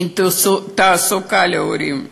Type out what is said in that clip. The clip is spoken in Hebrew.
אין תעסוקה להורים.